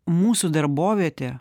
mūsų darbovietė